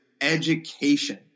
education